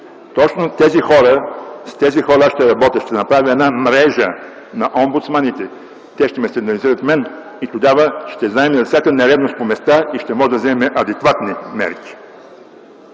Точно с тези хора ще работя. Ще направя една мрежа на омбудсманите, те ще ме сигнализират. Тогава ще знаем за всяка нередност по места, и ще можем да вземем адекватни мерки.